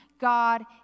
God